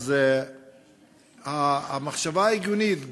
המחשבה ההגיונית,